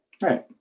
Right